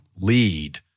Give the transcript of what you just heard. lead